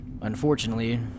Unfortunately